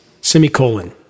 Semicolon